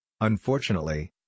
Unfortunately